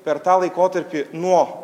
per tą laikotarpį nuo